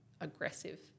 aggressive